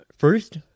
First